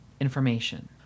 information